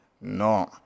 No